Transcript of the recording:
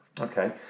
Okay